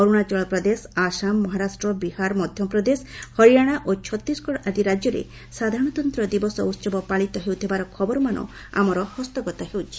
ଅରୁଣାଚଳ ପ୍ରଦେଶ ଆସାମ ମହାରାଷ୍ଟ୍ର ବିହାର ମଧ୍ୟପ୍ରଦେଶ ହରିୟାଣା ଓ ଛତିଶଗଡ଼ ଆଦି ରାଜ୍ୟରେ ସାଧାରଣତନ୍ତ୍ର ଦିବସ ଉତ୍ସବ ପାଳିତ ହେଉଥିବାର ଖବରମାନ ଆମର ହସ୍ତଗତ ହେଉଛି